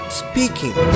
speaking